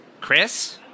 Chris